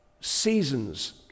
seasons